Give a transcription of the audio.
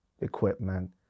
equipment